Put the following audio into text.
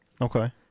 Okay